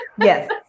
yes